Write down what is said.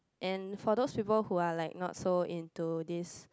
and for those people who are like not so into this